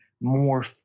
more